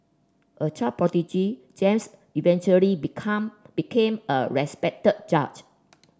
a child prodigy James eventually become became a respected judge